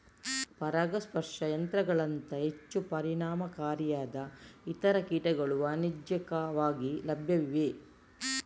ಪರಾಗಸ್ಪರ್ಶ ಯಂತ್ರಗಳಂತಹ ಹೆಚ್ಚು ಪರಿಣಾಮಕಾರಿಯಾದ ಇತರ ಕೀಟಗಳು ವಾಣಿಜ್ಯಿಕವಾಗಿ ಲಭ್ಯವಿವೆ